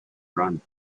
run